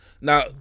Now